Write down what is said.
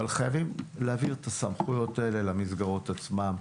אבל חייבים להעביר את הסמכויות האלה למסגרות עצמן,